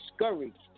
discouraged